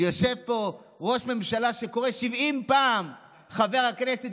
יושב-ראש ראש ממשלה שקורא 70 פעם "חבר הכנסת